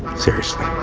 seriously.